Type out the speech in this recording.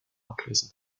ablesen